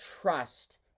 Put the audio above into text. trust